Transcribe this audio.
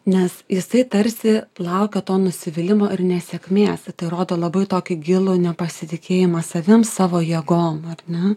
nes jisai tarsi laukia to nusivylimo ir nesėkmės ir tai rodo labai tokį gilų nepasitikėjimą savim savo jėgom ar ne